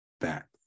back